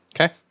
okay